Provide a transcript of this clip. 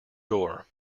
door